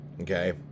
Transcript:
Okay